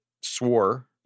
swore